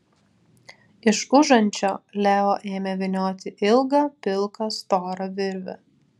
iš užančio leo ėmė vynioti ilgą pilką storą virvę